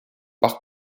par